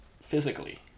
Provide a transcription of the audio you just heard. physically